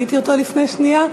ראיתי אותו לפני שנייה,